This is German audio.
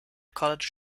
college